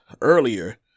earlier